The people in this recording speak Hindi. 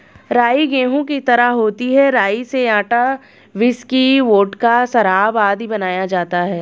राई गेहूं की तरह होती है राई से आटा, व्हिस्की, वोडका, शराब आदि बनाया जाता है